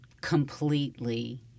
completely